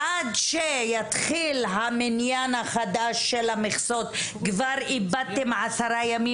עד שיתחיל המניין החדש של המכסות כבר איבדתם עשרה ימים,